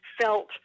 felt